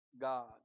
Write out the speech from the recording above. God